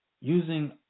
using